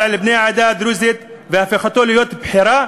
על בני העדה הדרוזית והפיכתו לבחירה,